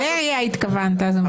בטבריה התכוונת.